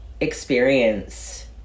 experience